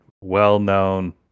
well-known